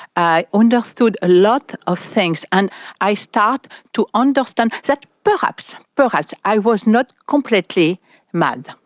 i understood a lot of things, and i start to understand that perhaps perhaps i was not completely mad.